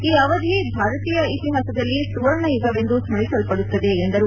ಈ ಅವಧಿ ಭಾರತೀಯ ಇತಿಹಾಸದಲ್ಲಿ ಸುವರ್ಣ ಯುಗವೆಂದು ಸ್ನರಿಸಲ್ಪಡುತ್ತದೆ ಎಂದರು